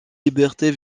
libertés